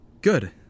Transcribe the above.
Good